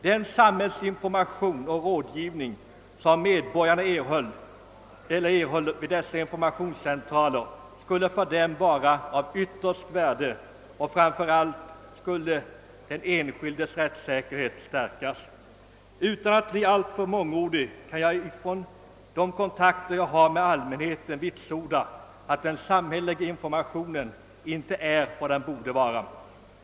Den samhällsinformation och rådgivning som medborgarna erhölle vid dessa informationscentraler skulle för dem vara av yttersta värde, och framför allt skulle den enskildes rättssäkerhet stär kas. Utan att bli alltför mångordig kan jag från mina kontakter med allmänheten vitsorda att den samhälleliga informationen inte är vad den borde vara.